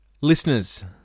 listeners